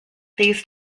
these